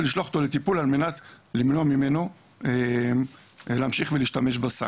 לשלוח אותו לטיפול על מנת למנוע ממנו להמשיך ולהשתמש בסם.